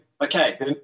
okay